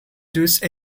juice